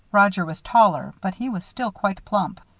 roger was taller, but he was still quite plump.